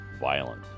violent